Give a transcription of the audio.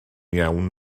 iawn